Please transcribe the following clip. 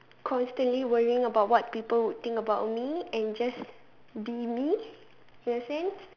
constantly worrying about what people would think about me and just be me you understand